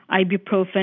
ibuprofen